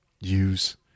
Use